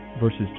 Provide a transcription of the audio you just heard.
verses